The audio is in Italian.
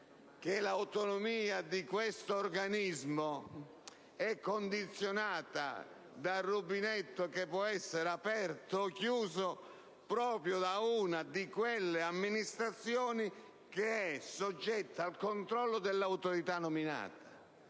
che l'autonomia di questo organismo è condizionata dal rubinetto, che può essere aperto o chiuso proprio da una di quelle amministrazioni che è soggetta al controllo dell'autorità nominata,